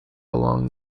along